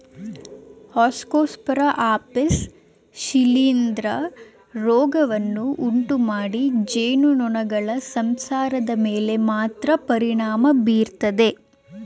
Ascosphaera ಆಪಿಸ್ ಶಿಲೀಂಧ್ರ ರೋಗವನ್ನು ಉಂಟುಮಾಡಿ ಜೇನುನೊಣಗಳ ಸಂಸಾರದ ಮೇಲೆ ಮಾತ್ರ ಪರಿಣಾಮ ಬೀರ್ತದೆ